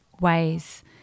ways